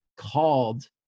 called